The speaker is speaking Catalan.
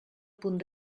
punt